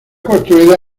construida